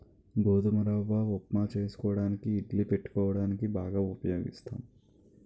గోధుమ రవ్వ ఉప్మా చేసుకోవడానికి ఇడ్లీ పెట్టుకోవడానికి బాగా ఉపయోగిస్తాం